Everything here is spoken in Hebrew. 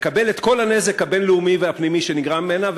לקבל את כל הנזק הבין-לאומי והפנימי שנגרם ממנה,